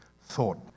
thought